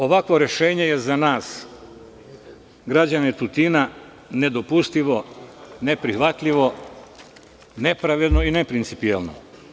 Ovakvo rešenje je za nas građane Tutina nedopustivo, neprihvatljivo, nepravedno i neprincipijelno.